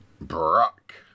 Brock